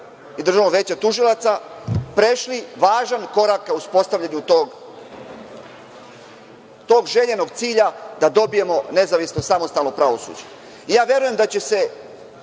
i Državnog veća tužilaca, prešli važan korak ka uspostavljanju tog željenog cilja da dobijemo nezavisno, samostalno pravosuđe. Ja verujem da će se,